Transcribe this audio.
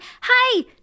Hi